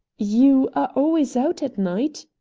you are always out at night,